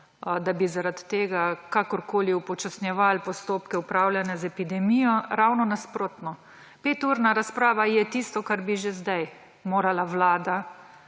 da bi zaradi tega kakorkoli upočasnjevali postopke upravljanja z epidemijo. Ravno nasprotno. Peturna razprava je tisto, kar bi že zdaj morala vlada